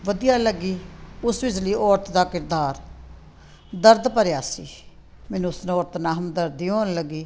ਵਧੀਆ ਲੱਗੀ ਉਸ ਵਿਚਲੀ ਔਰਤ ਦਾ ਕਿਰਦਾਰ ਦਰਦ ਭਰਿਆ ਸੀ ਮੈਨੂੰ ਉਸ ਔਰਤ ਨਾਲ ਹਮਦਰਦੀ ਹੋਣ ਲੱਗੀ